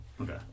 Okay